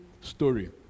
story